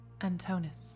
Antonis